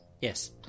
Yes